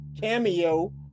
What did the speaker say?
Cameo